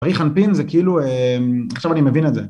פרי חנפין זה כאילו... עכשיו אני מבין את זה.